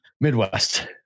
Midwest